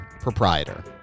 proprietor